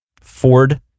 Ford